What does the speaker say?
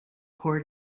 poor